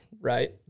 Right